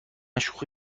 شوخی